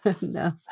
no